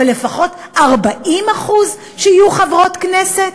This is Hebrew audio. אבל לפחות 40% שיהיו חברות כנסת.